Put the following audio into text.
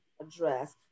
address